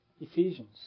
Ephesians